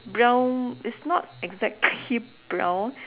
brown it's not exactly brown